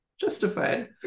Justified